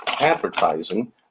advertising